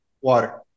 Water